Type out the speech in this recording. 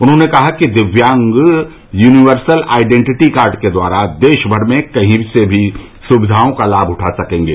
उन्होंने कहा कि दिव्यांग यूनिवर्सल आईडेंडिटी कार्ड के द्वारा देश भर में कही से भी सुविधाओं का लाभ उठा सकेंगे